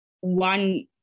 one